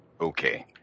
Okay